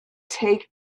take